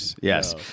yes